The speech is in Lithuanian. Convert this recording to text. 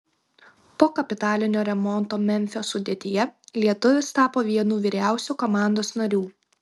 po kapitalinio remonto memfio sudėtyje lietuvis tapo vienu vyriausių komandos narių